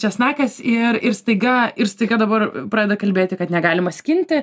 česnakas ir ir staiga ir staiga dabar pradeda kalbėti kad negalima skinti